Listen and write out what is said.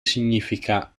significa